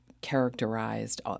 characterized